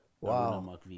Wow